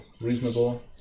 Reasonable